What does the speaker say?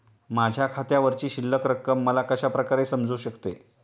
माझ्या खात्यावरची शिल्लक रक्कम मला कशा प्रकारे समजू शकते?